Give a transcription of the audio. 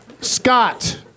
Scott